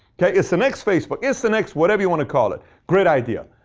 yeah it's the next facebook. it's the next whatever you want to call it. great idea.